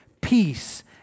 peace